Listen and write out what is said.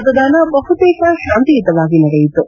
ಮತದಾನ ಬಹುತೇಕ ಶಾಂತಿಯುತವಾಗಿ ನಡೆಯಿತು